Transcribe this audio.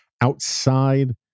outside